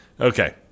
Okay